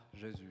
Jésus